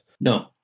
No